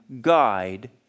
guide